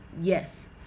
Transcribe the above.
Yes